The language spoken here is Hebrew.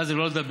מה זה לא לדבר?